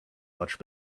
much